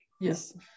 Yes